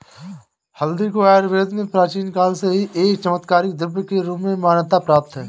हल्दी को आयुर्वेद में प्राचीन काल से ही एक चमत्कारिक द्रव्य के रूप में मान्यता प्राप्त है